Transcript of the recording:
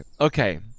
Okay